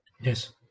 yes